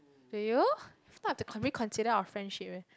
do you if not I have to consi~ reconsider our friendship eh